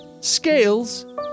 scales